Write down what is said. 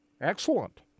Excellent